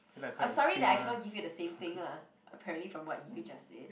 I'm sorry I cannot give you the same thing lah apparently from what you just said